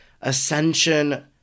Ascension